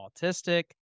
autistic